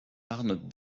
arnold